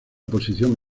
posición